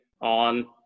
on